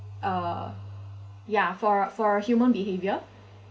uh ya for for human behaviour